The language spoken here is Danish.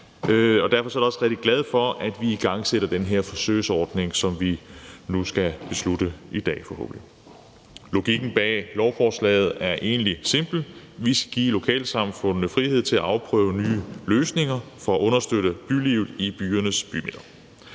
derfor er jeg da også rigtig glad for, at vi igangsætter den her forsøgsordning, som vi nu forhåbentlig skal beslutte i dag. Logikken bag lovforslaget er egentlig simpel: Vi skal give lokalsamfundene frihed til at afprøve nye løsninger for at understøtte bylivet i byernes bymidter.